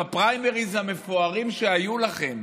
בפריימריז המפוארים שהיו לכם,